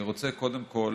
אני רוצה קודם כול